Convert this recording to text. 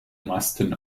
masten